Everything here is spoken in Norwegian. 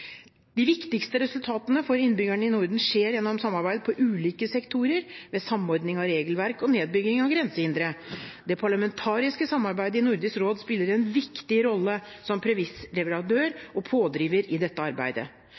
De viktigste resultatene for innbyggerne i Norden skjer gjennom samarbeid på ulike sektorer, ved samordning av regelverk og nedbygging av grensehindre. Det parlamentariske samarbeidet i Nordisk råd spiller en viktig rolle som premissleverandør og pådriver i dette arbeidet. Det er bred politisk enighet om at arbeidet